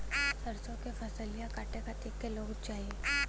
सरसो के फसलिया कांटे खातिन क लोग चाहिए?